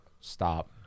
Stop